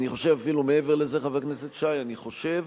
אני חושב אפילו מעבר לזה, חבר הכנסת שי, אני חושב